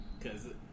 Cause